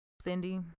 Cindy